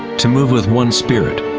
to move with one spirit,